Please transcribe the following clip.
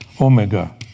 omega